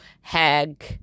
hag